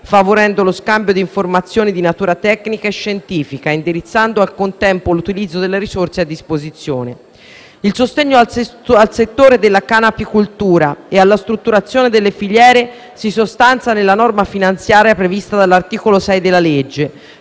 favorendo lo scambio di informazioni di natura tecnica e scientifica, indirizzando al contempo l'utilizzo delle risorse a disposizione. Il sostegno al settore della canapicoltura e alla strutturazione delle filiere si sostanzia nella norma finanziaria prevista dall'articolo 6 della legge,